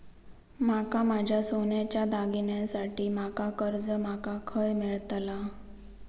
माका माझ्या सोन्याच्या दागिन्यांसाठी माका कर्जा माका खय मेळतल?